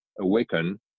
awaken